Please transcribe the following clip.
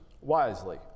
wisely